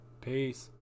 Peace